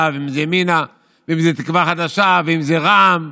ואם זה ימינה ואם זה תקווה חדשה ואם זה רע"מ,